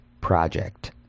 project